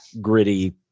gritty